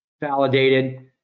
validated